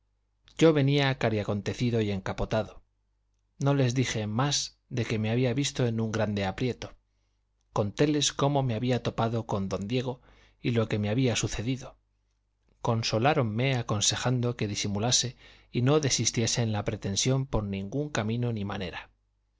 yo venía cariacontecido y encapotado no les dije más de que me había visto en un grande aprieto contéles cómo me había topado con don diego y lo que me había sucedido consoláronme aconsejando que disimulase y no desistiese de la pretensión por ningún camino ni manera